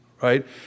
right